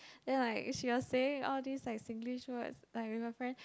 ya like she was saying all these like Singlish words like with her friend